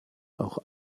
auch